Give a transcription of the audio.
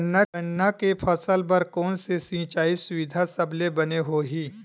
गन्ना के फसल बर कोन से सिचाई सुविधा सबले बने होही?